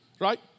right